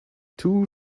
two